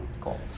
Cool